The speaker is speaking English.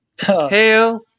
Hail